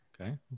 Okay